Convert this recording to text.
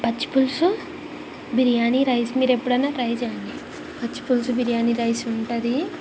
పచ్చిపులుసు biryani rice మీరెప్పుడయినా try చేయండి పచ్చిపులుసు బిర్యానీ రైసు ఉంటుంది